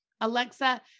Alexa